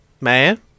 Man